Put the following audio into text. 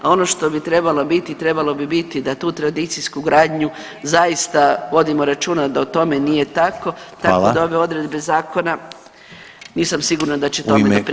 A ono što bi trebalo biti, trebalo bi biti da tu tradicijsku gradnju zaista vodimo računa da o tome nije tako, tako da ove odredbe zakona nisam sigurna da će tome doprinijeti.